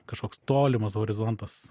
kažkoks tolimas horizontas